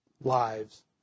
lives